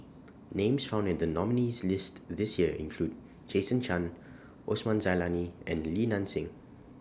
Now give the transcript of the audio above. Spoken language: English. Names found in The nominees' list This Year include Jason Chan Osman Zailani and Li Nanxing